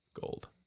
gold